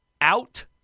Out